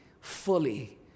fully